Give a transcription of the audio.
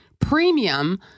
premium